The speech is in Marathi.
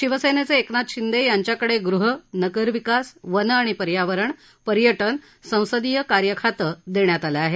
शिवसेनेचे एकनाथ शिंदे यांच्याकडे गृह नगरविकास वन आणि पर्यावरण पर्यटन ससंदीय कार्य खातं देण्यात आलं आहे